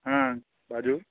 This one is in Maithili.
हँ बाजू